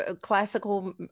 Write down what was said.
classical